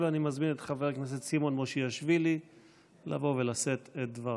אני מזמין את חבר הכנסת סימון מושיאשוילי לבוא ולשאת את דבריו.